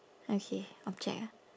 okay object ah